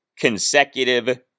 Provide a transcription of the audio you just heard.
Consecutive